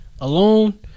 alone